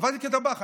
עבדתי כטבח.